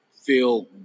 feel